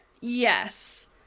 Yes